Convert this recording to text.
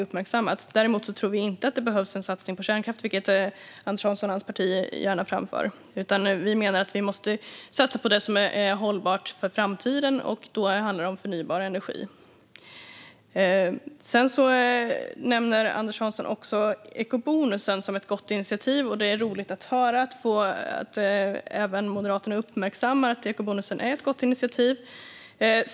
Däremot tror vi inte att det behövs en satsning på kärnkraft, vilket Anders Hansson och hans parti gärna framför. Vi menar att vi måste satsa på det som är hållbart för framtiden, och då handlar det om förnybar energi. Anders Hansson nämner eco-bonusen som ett gott initiativ. Det är roligt att höra att även Moderaterna uppmärksammar att eco-bonusen är ett gott initiativ.